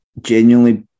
genuinely